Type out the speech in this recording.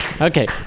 Okay